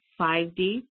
5D